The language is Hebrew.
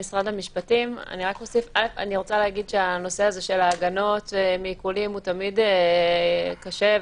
הנושא של ההגנות מעיקולים תמיד קשה,